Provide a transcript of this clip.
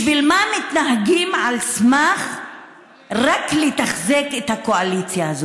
בשביל מה מתנהגים רק בשביל לתחזק את הקואליציה הזאת,